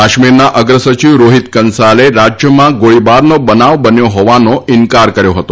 કાશ્મીરના અગ્ર સચિવ રોહિત કંસાલે રાજ્યમાં ગોળીબારનો બનાવ બન્યો હોવાનો ઇન્કાર કર્યો હતો